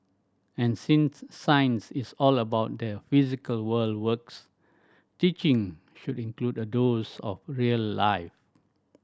and since science is all about the physical world works teaching should include a dose of real life